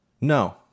no